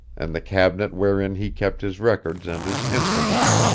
and the cabinet wherein he kept his records and his instruments.